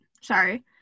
sorry